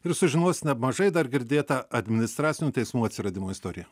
ir sužinosi mažai dar girdėtą administracinių teismų atsiradimo istoriją